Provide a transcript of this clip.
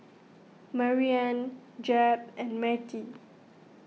Marianne Jeb and Matie